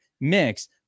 mix